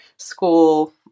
school